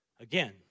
Again